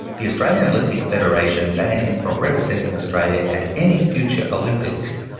the australian olympic federation banned him from representing australia at any future olympics.